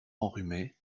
enrhumé